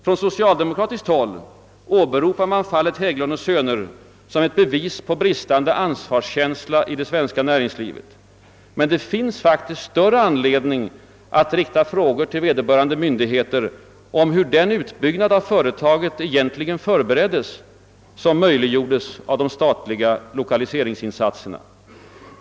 Från socialdemokratiskt håll åberopar man fallet Hägglund & Söner som ett bevis på bristande ansvarskänsla i det svenska näringslivet, men det finns faktiskt större anledning att rikta frågor till vederbörande myndigheter om hur den utbyggnad av företaget egentligen förbereddes som möjliggjordes av de statliga lokaliseringsinsatserna.